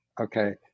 okay